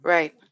Right